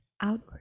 outward